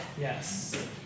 Yes